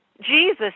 Jesus